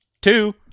Two